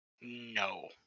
No